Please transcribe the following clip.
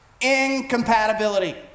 incompatibility